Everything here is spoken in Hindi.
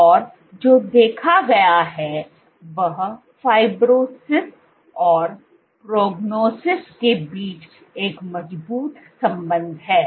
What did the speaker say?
और जो देखा गया है वह फाइब्रोसिस और प्रोगनोसिस के बीच एक मजबूत संबंध है